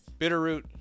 Bitterroot